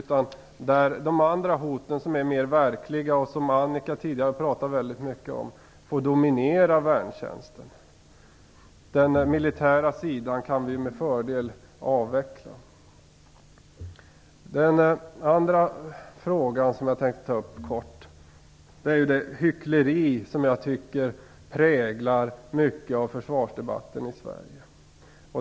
De andra hoten som är mer verkliga, som Annika Nordgren tidigare talade väldigt mycket om, får dominera värntjänsten. Den militära sidan kan vi med fördel avveckla. Jag vill även kortfattat ta upp det hyckleri som jag tycker präglar mycket av försvarsdebatten i Sverige.